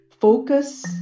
Focus